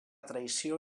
traïció